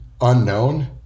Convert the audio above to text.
unknown